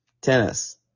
tennis